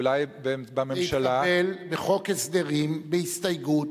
אולי בממשלה, זה התקבל בחוק הסדרים בהסתייגות,